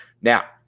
Now